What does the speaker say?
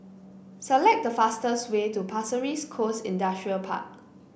select the fastest way to Pasir Ris Coast Industrial Park